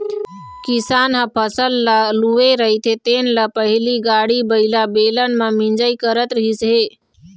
किसान ह फसल ल लूए रहिथे तेन ल पहिली गाड़ी बइला, बेलन म मिंजई करत रिहिस हे